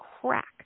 crack